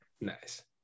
Nice